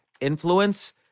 influence